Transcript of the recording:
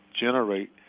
generate